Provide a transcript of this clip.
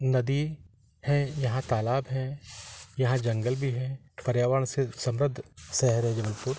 नदी है यहाँ तालाब है यहाँ जंगल भी है पर्यावरण से समृद्ध शहर है जबलपुर